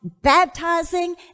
baptizing